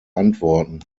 antworten